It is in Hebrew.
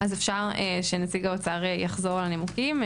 אפשר שנציג האוצר יחזור על הנימוקים.